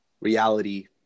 reality